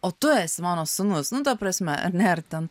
o tu esi mano sūnus nu ta prasme ar ne ar ten